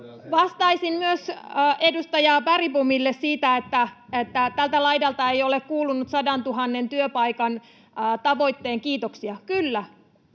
Vastaisin myös edustaja Bergbomille siitä, että tältä laidalta ei ole kuulunut 100 000 työpaikan tavoitteen kiitoksia: